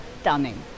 stunning